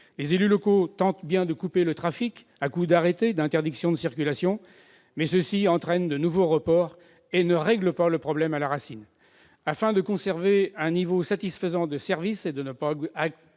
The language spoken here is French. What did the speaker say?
Les élus locaux tentent bien de couper le trafic à coup d'arrêtés d'interdiction de circulation. Mais cela ne fait qu'entraîner de nouveaux reports et ne règle pas le problème à la racine. Afin de conserver un niveau satisfaisant de service et de ne pas accroître